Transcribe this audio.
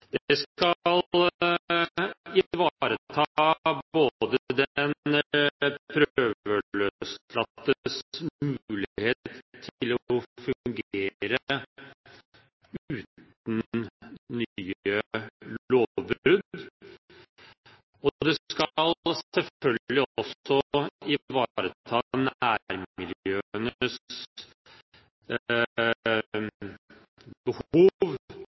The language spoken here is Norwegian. ivareta både den prøveløslattes mulighet til å fungere uten å gjøre nye lovbrudd, og det skal selvfølgelig også